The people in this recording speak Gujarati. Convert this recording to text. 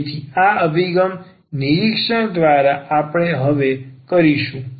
તેથી આ અભિગમ નિરીક્ષણ દ્વારા આપણે હવે કરીશું